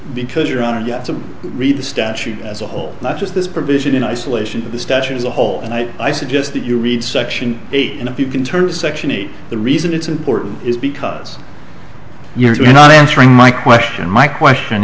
because you're on to read the statute as a whole not just this provision in isolation of the statute as a whole and i suggest that you read section eight and if you can turn to section eight the reason it's important is because you're not answering my question my question